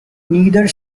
neither